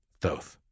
Thoth